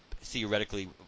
theoretically